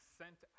sent